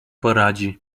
poradzi